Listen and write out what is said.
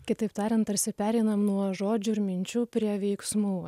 kitaip tariant tarsi pereinam nuo žodžių ir minčių prie veiksmų